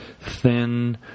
thin